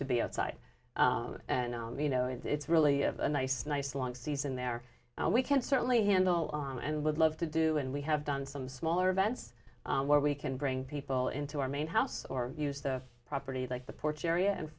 to be outside and you know it's really of a nice nice long season there and we can certainly handle on and would love to do and we have done some smaller events where we can bring people into our main house or use the property like the porch area and